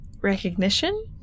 recognition